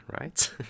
right